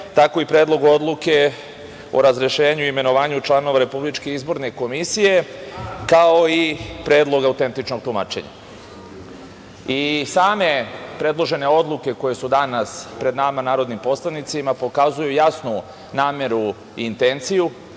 tako i Predlog odluke o razrešenju i imenovanju članova RIK, kao i predlog autentičnog tumačenja. Same predložene odluke koje su danas pred nama, narodnim poslanicima, pokazuju jasnu nameru i intenciju